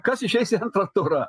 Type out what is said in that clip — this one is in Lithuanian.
kas išeis į antrą turą